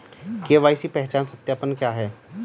KYC पहचान सत्यापन क्या है?